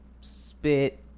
Spit